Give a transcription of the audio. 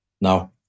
Now